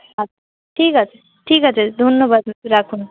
আচ্ছা ঠিক আছে ঠিক আছে ধন্যবাদ রাখুন